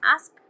ask